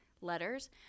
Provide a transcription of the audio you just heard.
letters